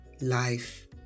life